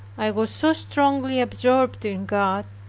i was so strongly absorbed in god,